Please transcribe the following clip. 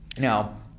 Now